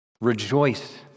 Rejoice